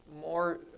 more